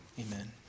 Amen